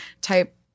type